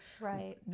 Right